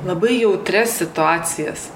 labai jautrias situacijas